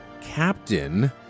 captain